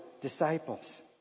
disciples